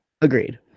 Agreed